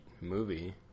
movie